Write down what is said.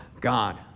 God